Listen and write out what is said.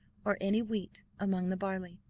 or any wheat amongst the barley.